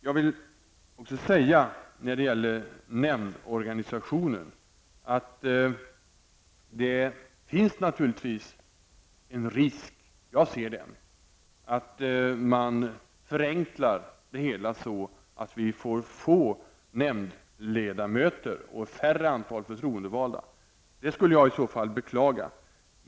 Jag vill också säga när det gäller nämndorganisationen att det finns naturligtvis en risk -- jag ser den -- att man förenklar det hela så att vi får få nämndledamöter och färre förtroendevalda. Det skulle jag i så fall beklaga.